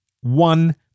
One